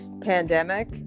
pandemic